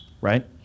right